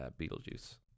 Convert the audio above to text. Beetlejuice